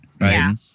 right